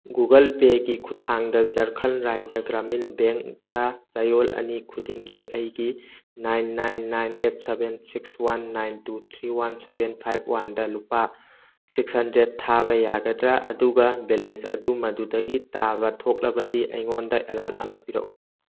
Google ꯄꯦꯒꯤ ꯈꯨꯊꯥꯡꯗ ꯖꯔꯈꯟ ꯔꯥꯏꯖ꯭ꯌꯥ ꯒ꯭ꯔꯥꯃꯤꯟ ꯕꯦꯡꯇ ꯆꯌꯣꯜ ꯑꯅꯤ ꯈꯨꯗꯤꯡꯒꯤ ꯑꯩꯒꯤ nine nine nine eight seven six one nine two three one seven five ꯋꯥꯟꯗ ꯂꯨꯄꯥ ꯁꯤꯛꯁ ꯍꯟꯗ꯭ꯔꯦꯗ ꯊꯥꯕ ꯌꯥꯒꯗ꯭ꯔꯥ ꯑꯗꯨꯒ ꯕꯦꯂꯦꯟꯁ ꯑꯗꯨ ꯃꯗꯨꯗꯒꯤ ꯇꯥꯕ ꯊꯣꯛꯂꯕꯗꯤ ꯑꯩꯉꯣꯟꯗ ꯑꯦꯂꯥꯔꯠ ꯑꯃ ꯄꯤꯔꯛꯎ